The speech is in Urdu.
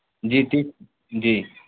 جی جی